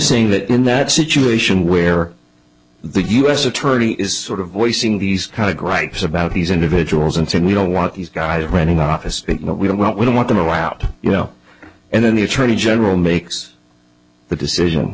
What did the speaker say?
saying that in that situation where the u s attorney is sort of voicing these kind of gripes about these individuals and saying we don't want these guys running office we don't want we don't want to go out you know and then the attorney general makes the decision